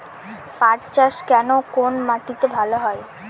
পাট চাষ কোন মাটিতে ভালো হয়?